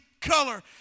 color